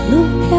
Look